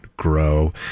grow